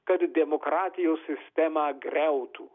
kad demokratijos sistemą griautų